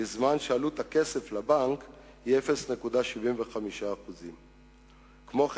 בזמן שעלות הכסף לבנק היא 0.75%. כמו כן,